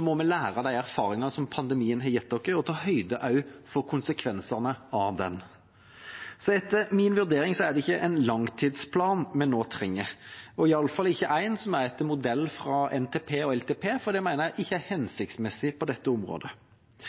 må vi lære av de erfaringene pandemien har gitt oss, og ta høyde for konsekvensene av den. Etter min vurdering er det ikke en langtidsplan vi nå trenger, og i alle fall ikke en som er etter modell fra NTP og LTP, for det mener jeg ikke er hensiktsmessig på dette området.